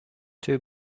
too